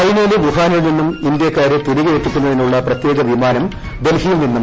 ചൈനയിലെ വുഹാനിൽ നിന്നും ഇന്ത്യക്കാരെ തിരികെയെത്തിക്കുന്നതിനുള്ള പ്രത്യേക വിമാനം ഡൽഹിയിൽ നിന്നും പുറപ്പെട്ടു